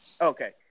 Okay